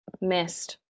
missed